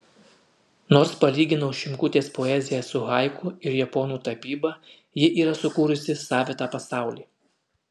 nors palyginau šimkutės poeziją su haiku ir japonų tapyba ji yra sukūrusi savitą pasaulį